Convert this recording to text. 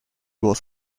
was